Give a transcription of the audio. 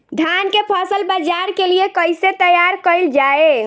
धान के फसल बाजार के लिए कईसे तैयार कइल जाए?